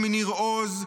מניר עוז,